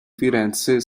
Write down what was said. firenze